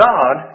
God